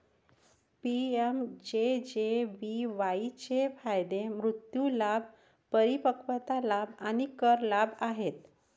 PMJJBY चे फायदे मृत्यू लाभ, परिपक्वता लाभ आणि कर लाभ आहेत